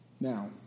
Now